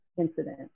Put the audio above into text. incident